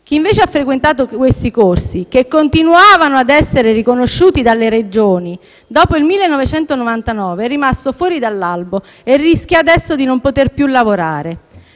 Chi invece ha frequentato questi corsi, che continuavano a essere riconosciuti dalle Regioni, dopo il 1999 è rimasto fuori dall'albo e rischia adesso di non poter più lavorare.